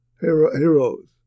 heroes